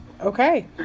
Okay